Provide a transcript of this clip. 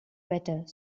better